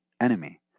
enemy